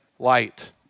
Light